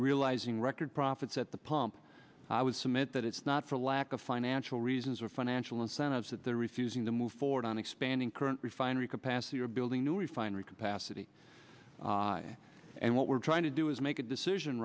realizing record profits at the pump i would submit that it's not for lack of financial reasons or financial incentives that they're refusing to move forward on expanding current refinery capacity or building new refinery capacity and what we're trying to do is make a decision